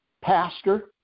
pastor